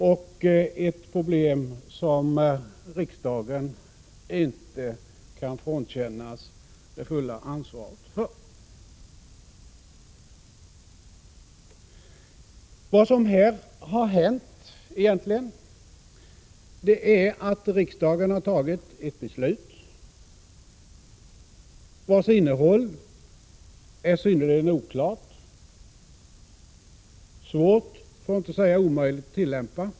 Det är ett problem som riksdagen inte kan frånkännas det fulla ansvaret för. Vad som egentligen har hänt är att riksdagen har tagit ett beslut vars innehåll är synnerligen oklart och svårt för att inte säga omöjligt att tillämpa.